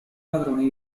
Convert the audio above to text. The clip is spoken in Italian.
padroni